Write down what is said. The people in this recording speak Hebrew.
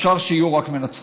אפשר שיהיו רק מנצחים.